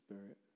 spirit